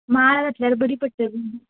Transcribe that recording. माळ घातल्यार बरी पडटली